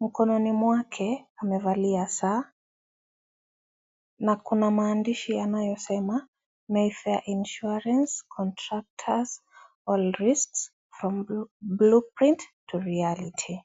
na mkononi mwake amevalia saa. Na kuna maandishi yanayosema may fare contractors from bluonprint to reality